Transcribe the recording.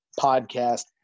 Podcast